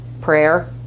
Prayer